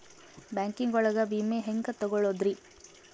Banking ಒಳಗ ವಿಮೆ ಹೆಂಗ್ ತೊಗೊಳೋದ್ರಿ?